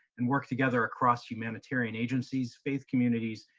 and work together across humanitarian agencies, faith communities,